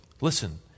Listen